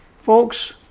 Folks